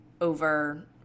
over